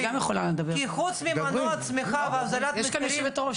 חוץ ממנוע צמיחה והוזלת מחירים,